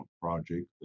project